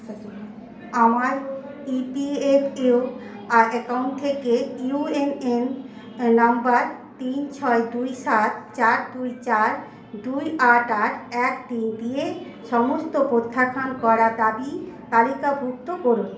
আমার EPFO account থেকে UAN number তিন ছয় দুই সাত চার দুই চার দুই আট আট এক তিন দিয়ে সমস্ত প্রত্যাখ্যান করা দাবি তালিকাভুক্ত করুন